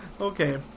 Okay